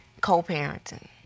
co-parenting